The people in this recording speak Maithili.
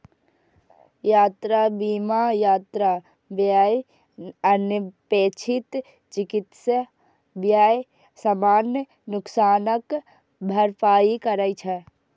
यात्रा बीमा यात्रा व्यय, अनपेक्षित चिकित्सा व्यय, सामान नुकसानक भरपाई करै छै